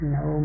no